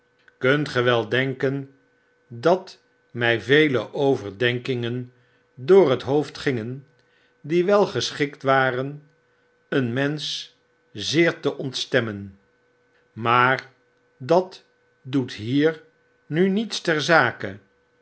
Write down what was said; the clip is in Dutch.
kunt ge wel denken dat my vele overdenkingen door het hoofd gingen die wel geschikt waren een menscb zeer te ontstemmen maar dat doet hier nu niets ter zake